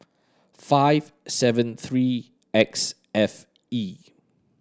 five seven three X F E